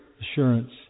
assurance